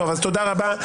תודה רבה.